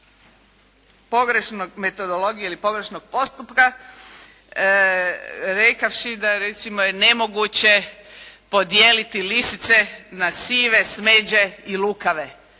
pogrešnog metodologije ili pogrešnog postupka rekavši da je recimo nemoguće podijeliti lisice na sive, smeđe i lukave,